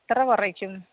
എത്ര കുറയ്ക്കും